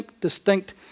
distinct